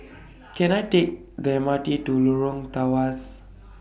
Can I Take The M R T to Lorong Tawas